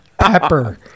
pepper